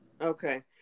okay